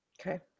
Okay